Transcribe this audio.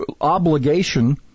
obligation